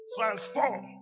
Transform